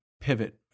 pivot